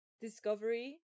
Discovery